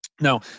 Now